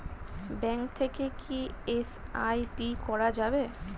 Bank থেকে কী SIP করা যাবে?